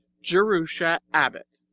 jerusha abbott